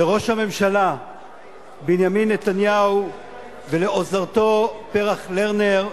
לראש הממשלה בנימין נתניהו ולעוזרתו פרח לרנר,